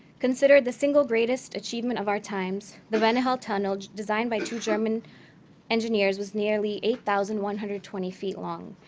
considered the single greatest achievement of our times, the banihal tunnel, designed by two german engineers, was nearly eight thousand one hundred and twenty feet long,